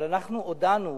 אבל הודענו